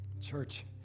Church